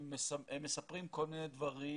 הם מספרים כל מיני דברים,